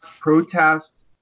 protests